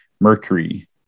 Mercury